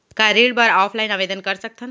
का ऋण बर ऑफलाइन आवेदन कर सकथन?